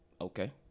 Okay